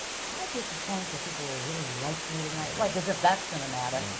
should i do a performance where people will really like me tonight? like, as if that's going to matter.